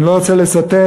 אני לא רוצה לצטט,